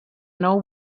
nou